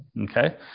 Okay